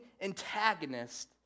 antagonist